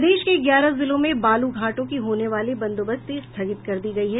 प्रदेश के ग्यारह जिलों में बालू घाटों की होने वाली बंदोबस्ती स्थगित कर दी गयी है